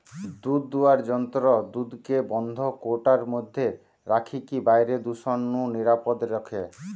দুধদুয়ার যন্ত্র দুধকে বন্ধ কৌটার মধ্যে রখিকি বাইরের দূষণ নু নিরাপদ রখে